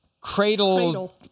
cradle